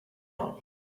love